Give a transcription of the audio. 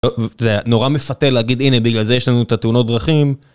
נורא מפתה להגיד הנה בגלל זה יש לנו את התאונות דרכים.